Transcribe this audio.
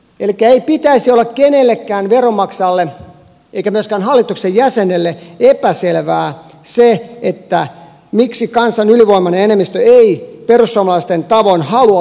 elikkä ei pitäisi olla kenellekään veronmaksajalle eikä myöskään hallituksen jäsenelle epäselvää se miksi kansan ylivoimainen enemmistö ei perussuomalaisten tavoin halua liittovaltiokehityksen jatkuvan